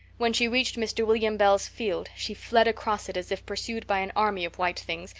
when she reached mr. william bell's field she fled across it as if pursued by an army of white things,